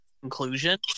conclusion